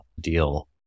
deal